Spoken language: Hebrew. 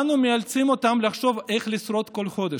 אנו מאלצים אותם לחשוב איך לשרוד כל חודש.